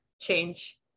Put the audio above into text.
change